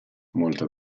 molta